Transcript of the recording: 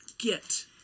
Get